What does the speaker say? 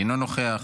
אינו נוכח.